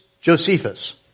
Josephus